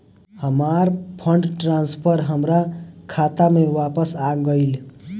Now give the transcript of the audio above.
हमार fund transfer हमार खाता में वापस आ गइल